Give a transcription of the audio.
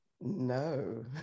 no